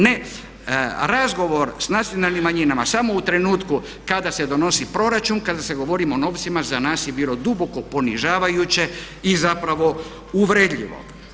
Ne razgovor s nacionalnim manjinama samo u trenutku kada se donosi proračun, kada se govori o novcima za nas je bilo duboko ponižavajuće i zapravo uvredljivo.